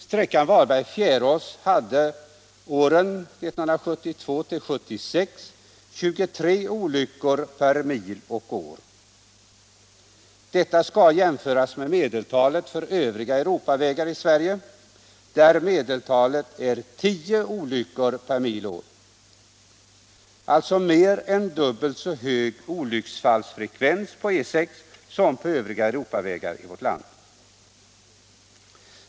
Sträckan Fjärås-Varberg hade under åren 1972-1976 hela 23 olyckor per mil och år. Detta skall jämföras med medeltalet för övriga Europavägar i Sverige, som är 10 olyckor per mil och år. Olycksfallsfrekvensen är alltså mer än dubbelt så hög på E 6 som på övriga Europavägar i vårt land.